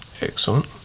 Excellent